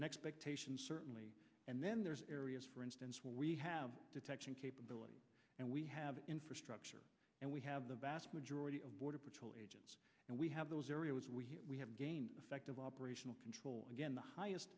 an expectation certainly and then there's areas for instance where we have detection capability and we have infrastructure and we have the vast majority of border patrol agents and we have those areas where we have gained effective operational control again the highest